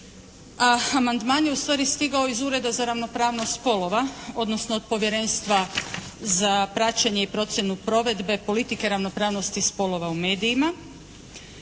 amandman je ustvari stigao iz Ureda za ravnopravnost spolova odnosno od Povjerenstva za praćenje i procjenu provedbe politike ravnopravnosti spolova u medijima